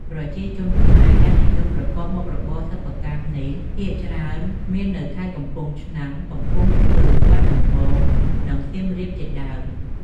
ប្រជាជនខ្មែរដែលនិយមប្រកបមុខរបរសិប្បកម្មនេះភាគច្រើនមាននៅខេត្តកំពង់ឆ្នាំង កំពង់ស្ពឺ បាត់ដំបងនិងសៀមរាបជាដើម។